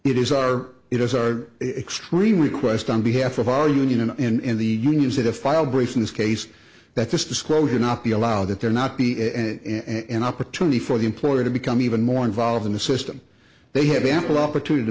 it is our it is our extreme request on behalf of our union and in the unions that have filed briefs in this case that this disclosure not be allowed that there not be a and an opportunity for the employer to become even more involved in the system they have ample opportunity to